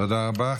תודה רבה.